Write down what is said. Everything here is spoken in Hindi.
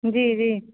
जी जी